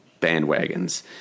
bandwagons